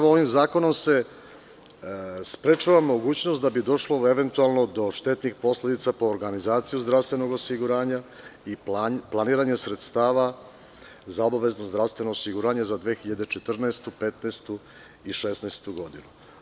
Ovim zakonom se sprečava mogućnost da dođe do eventualnih štetnih posledica po organizaciju zdravstvenog osiguranja i planiranih sredstava za obavezno zdravstveno osiguranje za 2014, 2015. i 2016. godinu.